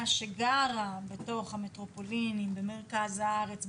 שגרה בתוך המטרופלינים במרכז הארץ,